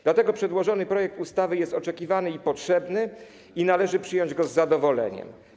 Dlatego przedłożony projekt ustawy jest oczekiwany i potrzebny i należy przyjąć go z zadowoleniem.